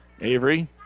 Avery